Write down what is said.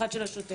אחד של השוטר,